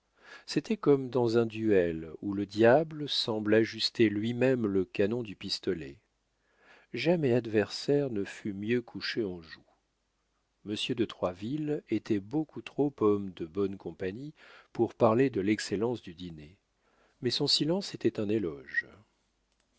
c'était comme dans un duel où le diable semble ajuster lui-même le canon du pistolet jamais adversaire ne fut mieux couché en joue monsieur de troisville était beaucoup trop homme de bonne compagnie pour parler de l'excellence du dîner mais son silence était un éloge